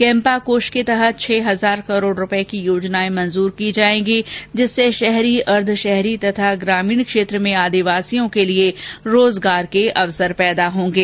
CAMPA कोष के तहत छह हजार करोड़ की योजनाएं स्वीकृत की जाएंगी जिससे शहरी अर्द्धशहरी तथा ग्रामीण क्षेत्र में आदिवासियों के लिए रोजगार के अवसर बनेंगे